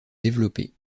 développées